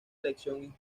elección